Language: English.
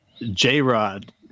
j-rod